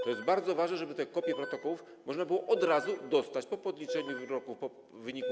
To jest bardzo ważne, żeby te kopie protokołów można było od razu dostać po podliczeniu wyników.